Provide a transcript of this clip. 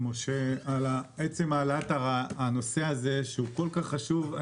משה על עצם העלאת הנושא הכל כך חשוב הזה.